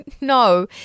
No